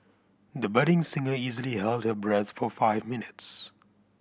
the budding singer easily held her breath for five minutes